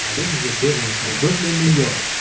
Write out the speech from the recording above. um this is a good one from brooklyn, new york.